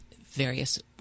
various